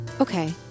Okay